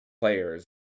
players